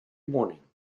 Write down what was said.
morning